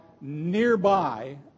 nearby